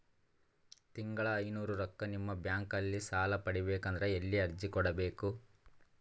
ತಿಂಗಳ ಐನೂರು ರೊಕ್ಕ ನಿಮ್ಮ ಬ್ಯಾಂಕ್ ಅಲ್ಲಿ ಸಾಲ ಪಡಿಬೇಕಂದರ ಎಲ್ಲ ಅರ್ಜಿ ಕೊಡಬೇಕು?